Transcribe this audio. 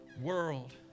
world